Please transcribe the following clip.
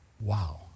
Wow